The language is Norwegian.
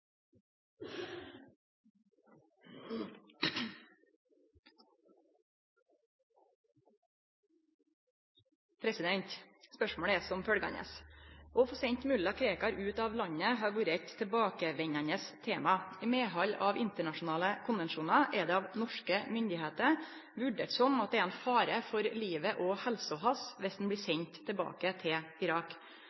riktighet. Spørsmålet er følgjande: «Å få sendt mulla Krekar ut av landet har vore eit tilbakevendande tema. Det er av norske myndigheiter vurdert som at det er ein fare for livet og helsa hans viss han blir